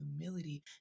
humility